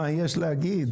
מה יש להגיד,